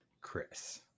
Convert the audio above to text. Chris